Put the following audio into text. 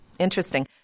Interesting